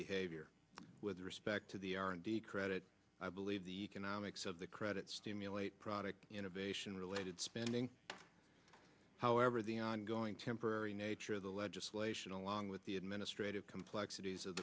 behavior with respect to the r and d credit i believe the economics of the credit stimulate product innovation related spending however the ongoing temporary nature of the legislation along with the administrative complexities of